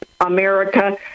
America